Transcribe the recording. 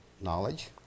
Knowledge